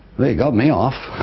well, it got me off.